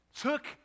took